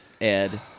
Ed